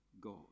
god